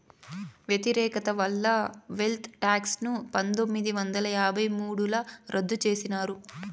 వ్యతిరేకత వల్ల wealth tax ని పందొమ్మిది వందల యాభై మూడుల రద్దు చేసినారు